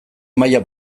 maila